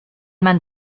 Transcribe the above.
man